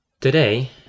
today